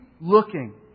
looking